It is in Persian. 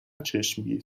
چشمگیر